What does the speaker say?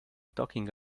talking